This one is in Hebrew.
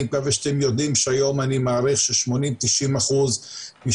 אני מקווה שאתם יודעים שהיום אני מעריך ש-80%-90% משוק